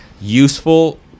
useful